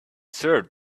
served